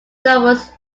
novels